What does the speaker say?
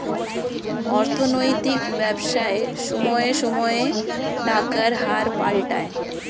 অর্থনৈতিক ব্যবসায় সময়ে সময়ে টাকার হার পাল্টায়